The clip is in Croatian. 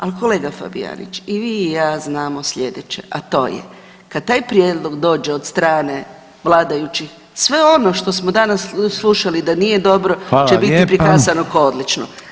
Ali kolega Fabijanić i vi i ja znamo slijedeće, a to je kad taj prijedlog dođe od strane vladajućih sve ono što smo danas slušali da nije dobro [[Upadica: Hvala lijepo.]] će biti prikazano kao odlično.